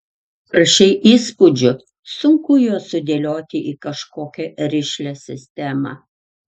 prašei įspūdžių sunku juos sudėlioti į kažkokią rišlią sistemą